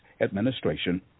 administration